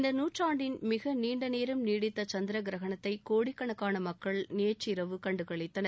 இந்த நூற்றாண்டின் மிக நீண்ட நேரம் நீடித்த சந்திரகிரகணத்தை கோடிக்கணக்கான மக்கள் நேற்றிரவு கண்டுகளித்தனர்